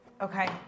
Okay